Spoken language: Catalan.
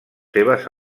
seves